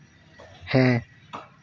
ᱦᱮᱸ